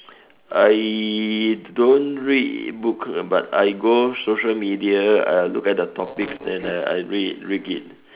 I don't read book but I go social media uh look at the topics then uh I read read it